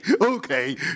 okay